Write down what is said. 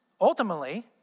ultimately